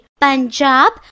Punjab